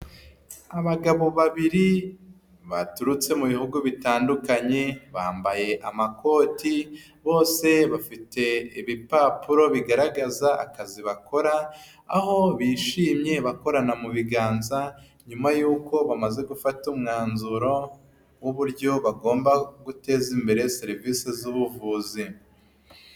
Abagabo babiri baturutse mu bihugu bitandukanye, bambaye amakoti bose bafite ibipapuro bigaragaza akazi bakora' aho bishimye bakorana mu biganza nyuma y'uko bamaze gufata umwanzuro w'uburyo bagomba guteza imbere serivisi z'ubuvuzi.